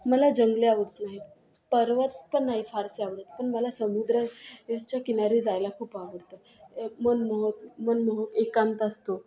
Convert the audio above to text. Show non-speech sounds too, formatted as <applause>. मला जंगले आवडत नाहीत पर्वत पण नाही फारसे आवडत पण मला समुद्र च्या किनारी जायला खूप आवडतं <unintelligible> मनमोहक मनमोहक एकांत असतो